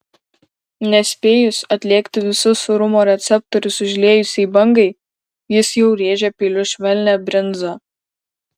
nespėjus atlėgti visus sūrumo receptorius užliejusiai bangai jis jau rėžia peiliu švelnią brinzą